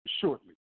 shortly